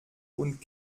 und